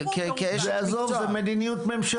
עזוב, זה מדיניות ממשלה.